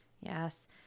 Yes